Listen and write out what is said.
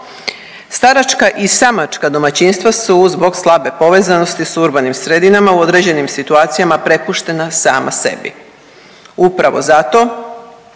Staračka i samačka domaćinstva su zbog slabe povezanosti s urbanim sredinama u određenim situacijama prepuštena sama sebi. Upravo zato,